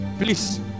Please